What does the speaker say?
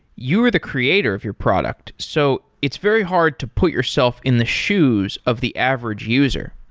you're the creator of your product. so it's very hard to put yourself in the shoes of the average user.